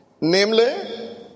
namely